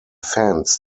fans